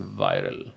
viral